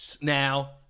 now